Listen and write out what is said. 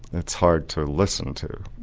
it's hard to listen to,